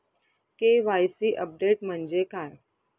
KYC update म्हणजे काय?